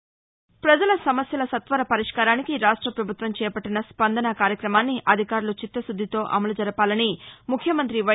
ప్రపజల సమస్యల సత్వర పరిష్కారానికి రాష్ట ప్రభుత్వం చేపట్టిన స్పందన కార్యక్రమాన్ని అధికారులు చిత్తమద్ధితో అమలు జరపాలని ముఖ్యమంతి వై